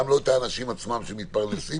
אי אפשר לשגע גם את האנשים עצמם שמתפרנסים